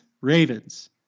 Ravens